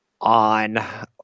on